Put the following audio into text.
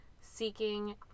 seeking